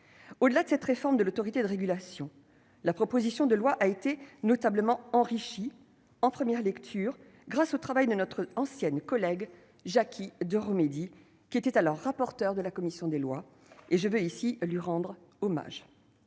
Au-delà de cette réforme de l'autorité de régulation, la proposition de loi a été notablement enrichie, en première lecture, grâce au travail de notre ancienne collègue Jacky Deromedi, qui était alors rapporteur de la commission de lois. Je veux ici lui rendre hommage.